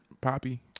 Poppy